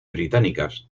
británicas